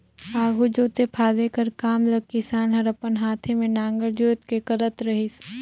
आघु जोते फादे कर काम ल किसान हर अपन हाथे मे नांगर जोएत के करत रहिस